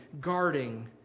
guarding